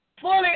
fully